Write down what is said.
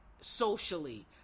socially